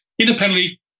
independently